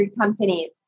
companies